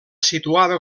situava